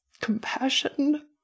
compassion